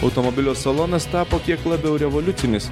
automobilio salonas tapo kiek labiau revoliucinis